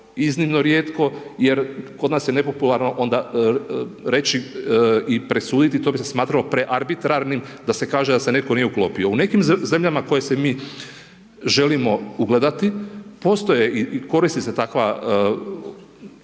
iznimno rijetko, jer kod nas je nepopularno onda reći i presuditi, to bi se smatralo prearbitrarnim da se kaže da se netko nije uklopio. U nekim zemljama u koje se mi želimo ugledati, postoje i koristi se takva